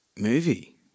movie